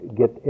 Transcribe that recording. get